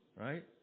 right